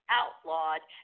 outlawed